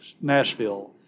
Nashville